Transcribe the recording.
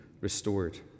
restored